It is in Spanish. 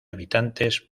habitantes